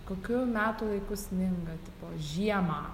kokiu metų laiku sninga tipo žiemą